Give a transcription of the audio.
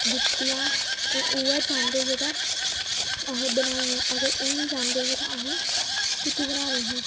दित्तियां उ'ऐ चाह्ंदे हे तां अहे्ं बनाइयां अगर ओह् निं चाह्ंदे हे ते अहे्ं कु'त्थूं बनानी ही